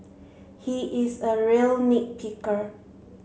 he is a real nit picker